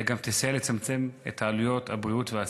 אלא גם תסייע לצמצם את עלויות הבריאות והסביבה.